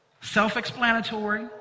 Self-explanatory